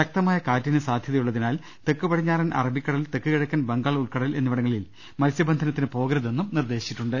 ശക്തമായ കാറ്റിന് സാധ്യതയുള്ളതിനാൽ തെക്കുപടിഞ്ഞാറൻ അറബി ക്കടൽ തെക്കുകിഴക്കൻ ബംഗാൾ ഉൾക്കടൽ എന്നിവിടങ്ങളിൽ മത്സ്യബ ന്ധനത്തിന് പോകരുതെന്നും നിർദ്ദേശമുണ്ട്